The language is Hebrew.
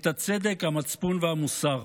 את הצדק, המצפון והמוסר.